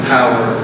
Power